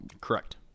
Correct